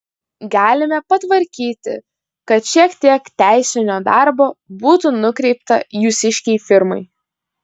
galime patvarkyti kad šiek tiek teisinio darbo būtų nukreipta jūsiškei firmai